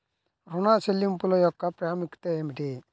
ఋణ చెల్లింపుల యొక్క ప్రాముఖ్యత ఏమిటీ?